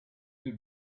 you